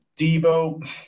Debo